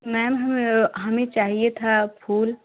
ma'am हम हमें चाहिए था फूल